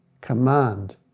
command